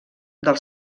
del